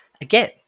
Again